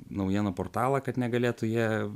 naujienų portalą kad negalėtų jie